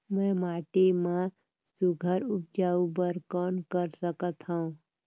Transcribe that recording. मैं माटी मा सुघ्घर उपजाऊ बर कौन कर सकत हवो?